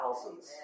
thousands